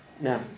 Now